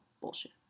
bullshit